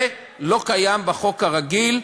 זה לא קיים בחוק הרגיל.